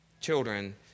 Children